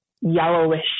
yellowish